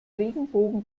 regenbogen